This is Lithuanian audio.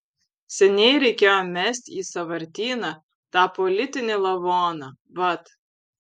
seniai reikėjo mest į sąvartyną tą politinį lavoną vat